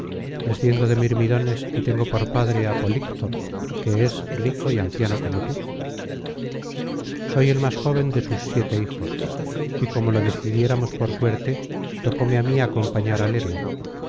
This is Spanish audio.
desciendo de mirmidones y tengo por padre á políctor que es rico y anciano como tú soy el más joven de sus siete hijos y como lo decidiéramos por suerte tocóme á mí acompañar al héroe